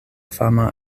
fama